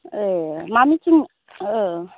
मा मिटिं